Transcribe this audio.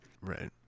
right